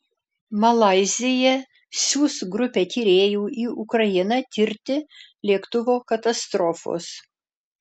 malaizija siųs grupę tyrėjų į ukrainą tirti lėktuvo katastrofos